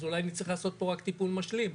אז אולי נצטרך לעשות פה רק תיקון משלים,